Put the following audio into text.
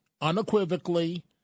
unequivocally